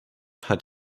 hat